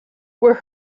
were